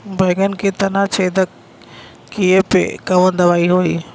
बैगन के तना छेदक कियेपे कवन दवाई होई?